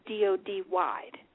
DOD-wide